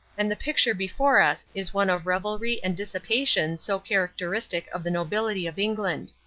and the picture before us is one of revelry and dissipation so characteristic of the nobility of england.